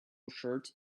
shirt